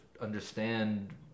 understand